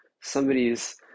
somebody's